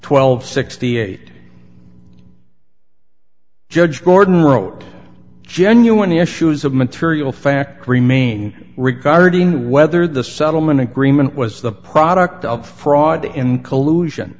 and sixty eight judge gordon wrote genuinely issues of material fact remain regarding whether the settlement agreement was the product of fraud and collusion